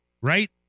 Right